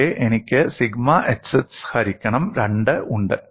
ഇവിടെ എനിക്ക് sigma xx ഹരിക്കണം 2 ഉണ്ട്